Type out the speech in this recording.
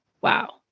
Wow